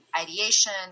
ideation